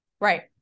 Right